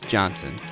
Johnson